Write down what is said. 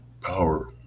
power